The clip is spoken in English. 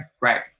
right